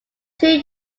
two